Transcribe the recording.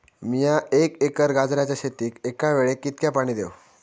मीया एक एकर गाजराच्या शेतीक एका वेळेक कितक्या पाणी देव?